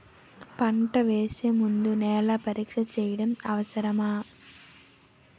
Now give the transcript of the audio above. పంట వేసే ముందు నేల పరీక్ష చేయటం అవసరమా?